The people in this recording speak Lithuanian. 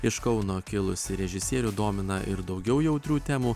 iš kauno kilusį režisierių domina ir daugiau jautrių temų